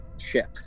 ship